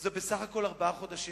עברו בסך הכול ארבעה חודשים.